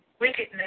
wickedness